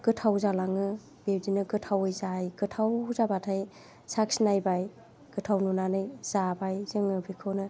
गोथाव जालाङो बिदिनो गोथाव जाबाथाय साखिनायबाय गोथाव नुनानै जाबाय जोङो बेखौनो